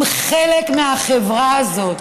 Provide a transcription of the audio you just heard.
הם חלק מהחברה הזאת.